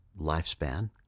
lifespan